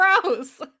gross